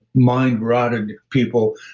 mind-rotted people,